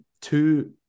two